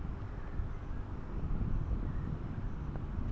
ফসল চাষের জন্য উপযোগি মাটি কী দোআঁশ?